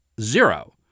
zero